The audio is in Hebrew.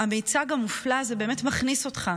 המיצג המופלא הזה באמת מכניס אותך